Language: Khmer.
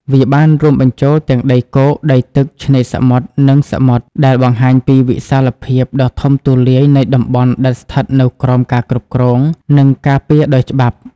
វាបានរួមបញ្ចូលទាំងដីគោក ដីទឹក ឆ្នេរសមុទ្រ និងសមុទ្រ ដែលបង្ហាញពីវិសាលភាពដ៏ធំទូលាយនៃតំបន់ដែលស្ថិតនៅក្រោមការគ្រប់គ្រង និងការពារដោយច្បាប់។